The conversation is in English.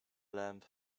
lamp